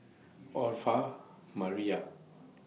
Orpha Mariah